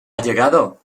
llegado